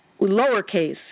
lowercase